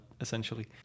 essentially